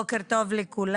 בוקר טוב לכולם.